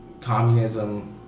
communism